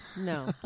No